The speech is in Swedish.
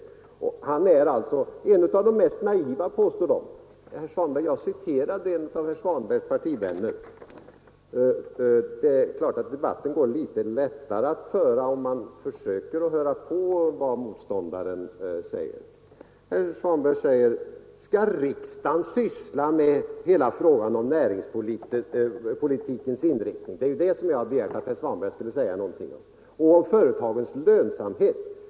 De påstår att han är en av de mest naiva av ekonomerna. Debatten går självfallet litet lättare, om man försöker höra på vad motståndaren säger. Herr Svanberg säger: Skall riksdagen syssla med hela frågan om näringspolitikens inriktning — det är ju det som jag har begärt att herr Svanberg skall säga något om — och företagens lönsamhet.